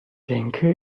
denke